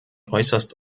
äußerst